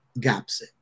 gaps